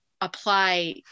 apply